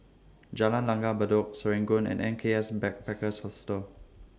Jalan Langgar Bedok Serangoon and N K S Backpackers Hostel